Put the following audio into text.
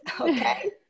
okay